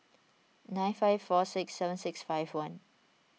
nine five four six seven six five one